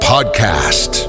podcast